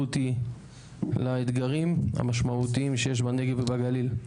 אותי לאתגרים המשמעותיים שיש בנגב ובגליל.